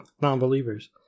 non-believers